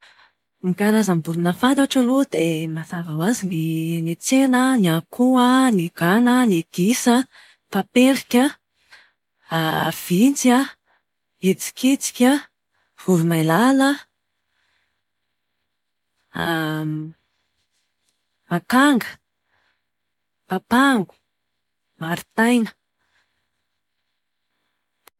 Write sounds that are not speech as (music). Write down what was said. Ny karazam-borona fantatro aloha dia mazava ho azy ny eny an-tsena a, ny ahoko a, ny gana, ny gisa, papelika, (hesitation) vintsy a, hitsikitsika, voromailala, (hesitation) akanga, papango, maritaina.